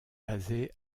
basée